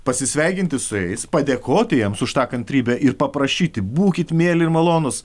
pasisveikinti su jais padėkoti jiems už tą kantrybę ir paprašyti būkit mieli malonūs